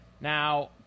Now